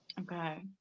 Okay